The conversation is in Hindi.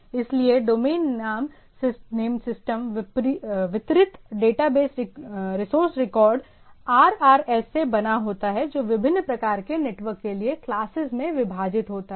इसलिए डोमेन नाम सिस्टम वितरित डेटाबेस रिसोर्स रिकॉर्ड RRs से बना होता है जो विभिन्न प्रकार के नेटवर्क के लिए क्लासेस में विभाजित होता है